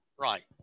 right